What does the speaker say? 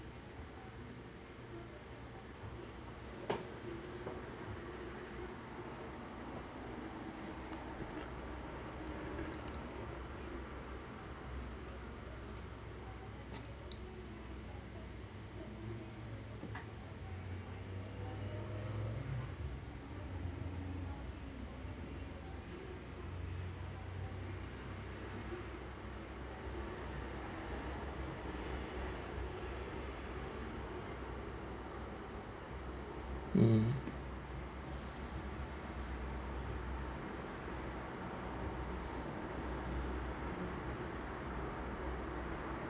mm